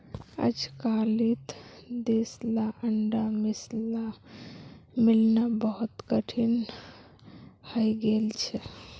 अजकालित देसला अंडा मिलना बहुत कठिन हइ गेल छ